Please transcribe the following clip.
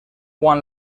quan